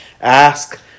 Ask